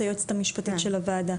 היועצת המשפטית של הוועדה.